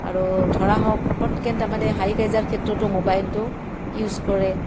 আৰু ধৰা হওক পতকেন তাৰমানে হাই কাইজাৰ ক্ষেত্ৰতো ম'বাইলটো ইউজ কৰে